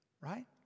right